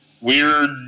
weird